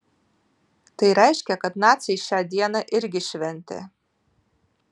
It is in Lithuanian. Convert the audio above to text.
tai reiškia kad naciai šią dieną irgi šventė